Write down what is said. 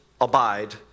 abide